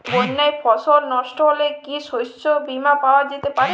বন্যায় ফসল নস্ট হলে কি শস্য বীমা পাওয়া যেতে পারে?